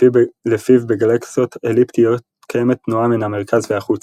לפיו בגלקסיות אליפטיות קיימת תנועה מן המרכז והחוצה,